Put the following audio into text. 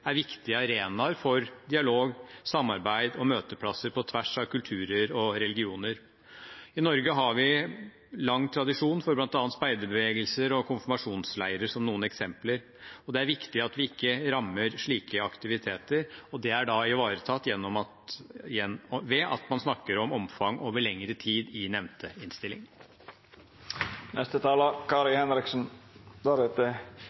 er viktige arenaer for dialog, samarbeid og møteplasser på tvers av kulturer og religioner. I Norge har vi lang tradisjon for bl.a. speiderbevegelser og konfirmasjonsleirer – som noen eksempler. Det er viktig at vi ikke rammer slike aktiviteter. Det er ivaretatt ved at man snakker om omfang over lengre tid i nevnte